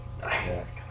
Nice